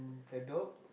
a dog